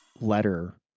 letter